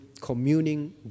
communing